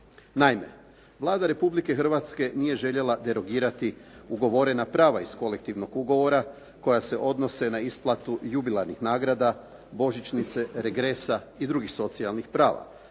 Naime, Vlada Republike Hrvatske nije željela derogirati ugovorena prava iz kolektivnog ugovora koja se odnose na isplatu jubilarnih nagrada, božićnice, regresa i drugih socijalnih prava.